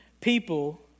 people